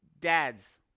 dads